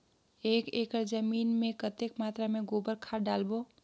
एक एकड़ जमीन मे कतेक मात्रा मे गोबर खाद डालबो?